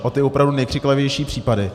O ty opravdu nejkřiklavější případy.